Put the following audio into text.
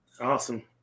Awesome